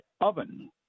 oven